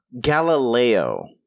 Galileo